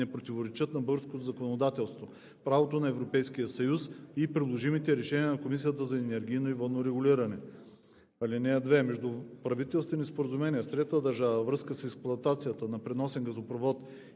не противоречат на българското законодателство, правото на Европейския съюз и приложимите решения на Комисията за енергийно и водно регулиране. (2) Междуправителствени споразумения с трета държава във връзка с експлоатацията на преносен газопровод